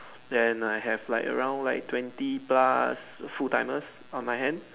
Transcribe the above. then I have like around like twenty plus full timers on my hand